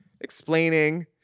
explaining